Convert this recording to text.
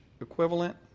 equivalent